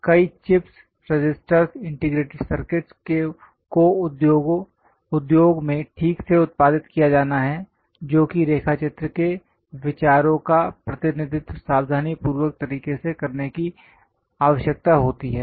कई chips registers integrated circuits को उद्योगों में ठीक से उत्पादित किया जाना है जो कि रेखाचित्रों के विचारों का प्रतिनिधित्व सावधानीपूर्वक तरीके से करने की आवश्यकता होती है